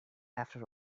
after